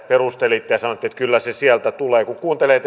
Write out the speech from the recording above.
perustelitte ja sanoitte että kyllä se sieltä tulee kun kuuntelee